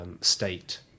state